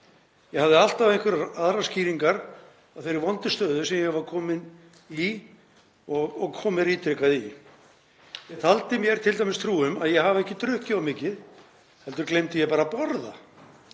Ég hafði alltaf einhverjar aðrar skýringar á þeirri vondu stöðu sem ég var kominn í og kom mér ítrekað í. Ég taldi mér t.d. trú um að ég hefði ekki drukkið of mikið heldur gleymdi ég bara að borða